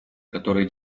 который